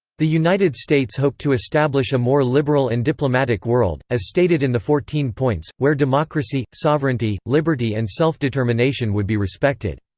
the united states hoped to establish a more liberal and diplomatic world, as stated in the fourteen points, where democracy, sovereignty, liberty and self-determination would be respected.